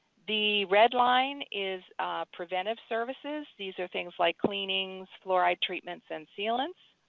the red line is preventive services. these are things like cleanings, fluoride treatments, and sealants.